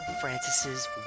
Francis's